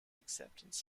acceptance